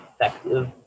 effective